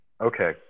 Okay